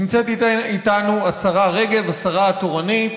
נמצאת איתנו השרה רגב, השרה התורנית,